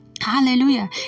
Hallelujah